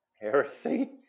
Heresy